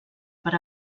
per